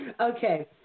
Okay